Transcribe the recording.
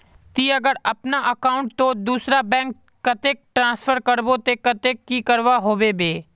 ती अगर अपना अकाउंट तोत दूसरा बैंक कतेक ट्रांसफर करबो ते कतेक की करवा होबे बे?